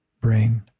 brain